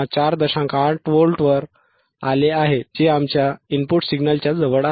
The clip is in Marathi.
8v वर आले आहे जे आमच्या इनपुट सिग्नलच्या जवळ आहे